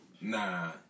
Nah